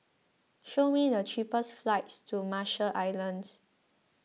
show me the cheapest flights to Marshall Islands